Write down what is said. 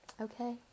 okay